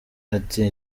ati